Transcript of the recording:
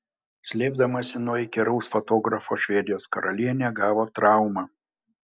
slėpdamasi nuo įkyraus fotografo švedijos karalienė gavo traumą